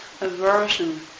aversion